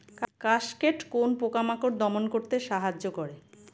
Cascade কোন পোকা মাকড় দমন করতে সাহায্য করে?